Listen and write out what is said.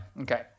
okay